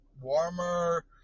warmer